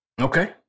Okay